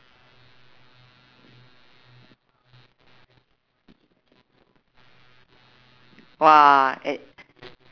!wah! eh